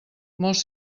molts